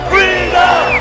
Freedom